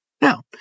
Now